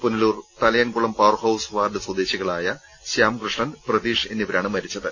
Punalur Thalayankulam powerhouse ward സ്വദേശികളായ ശ്യാംകൃഷ്ണൻ പ്രതീഷ് എന്നിവരാണ് മരിച്ചത്